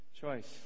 choice